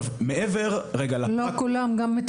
אני רוצה